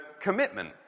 commitment